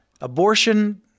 Abortion